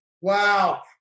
Wow